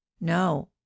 no